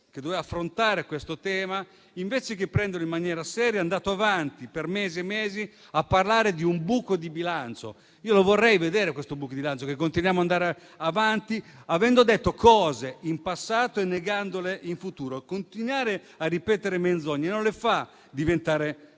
che doveva affrontare questo tema, invece di prenderlo in maniera seria, è andato avanti per mesi e mesi a parlare di un buco di bilancio. Io lo vorrei vedere questo buco di bilancio. Continuiamo ad andare avanti avendo detto certe cose in passato per poi negarle in futuro. Continuare a ripetere menzogne non le fa diventare